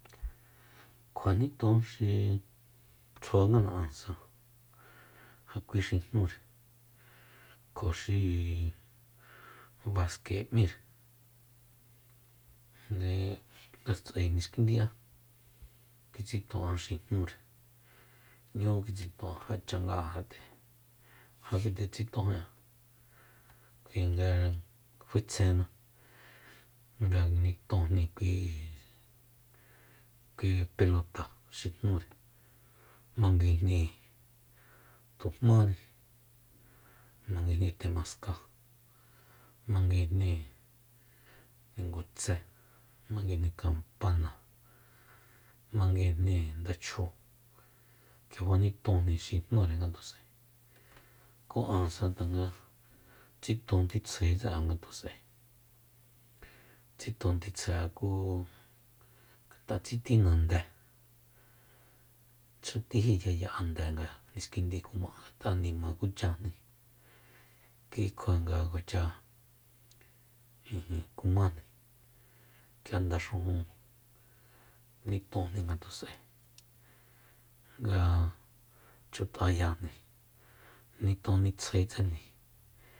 Kjua niton xi tsjuangana'ansa ja kui xi jnúre kjo xi baske m'íre nda nga s'ae niskindi'an kitsiton'an xi jnúre 'ñu kitsiton'an ja changá'an kjat'e nguetetsitonjí'an kuinga faetsjenna nga nitojni kui- kui pelota xi jnúre manguijni tujmáni manguijni tenascáa manguijni ningutse manguijni kampana manguijni ndachjóo k'ia fanitonjni xi jnúrengatus'ae ku áansa tanga tsiton titsjaetse'an ngatus'ae tsiton titsjae'an ku ngat'a tsitina ndé xatíji yaya'an nde nga niskindi kuma'an ngat'a nima kuchajni kikjua nga kuacha ijin kumana k'ia ndaxujun nitonjni ngatus'ae nga ch'utayajni niton titsjaetsejni